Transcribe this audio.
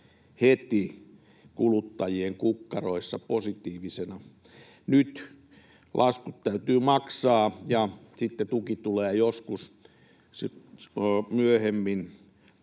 kuluttajien kukkaroissa positiivisena. Nyt laskut täytyy maksaa ja tuki tulee sitten joskus myöhemmin,